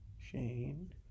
Shane